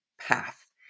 path